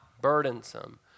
burdensome